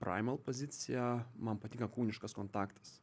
primal pozicija man patinka kūniškas kontaktas